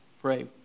pray